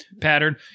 pattern